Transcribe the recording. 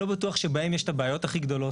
לא בטוח שבהם יש את הבעיות הכי גדולות.